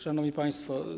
Szanowni Państwo!